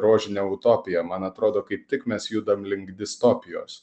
rožinė utopija man atrodo kaip tik mes judam link distopijos